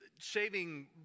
Saving